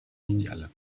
mondiale